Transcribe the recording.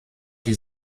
die